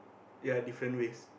ya different race